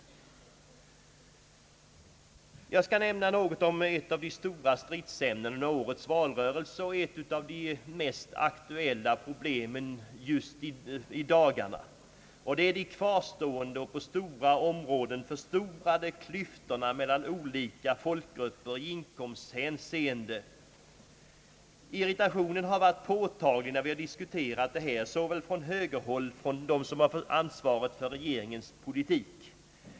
Jag skall sedan, herr talman, också nämna något om ett av de stora stridsämnena i årets valrörelse och ett av de mest aktuella problemen just i dagarna, nämligen de kvarstående och på stora områden förstorade klyftorna mellan olika folkgrupper i inkomsthänseende, som vid många tillfällen påvisats av centern. Irritationen har varit påtaglig såväl från högerhåll som från dem som har ansvaret för regeringens politik.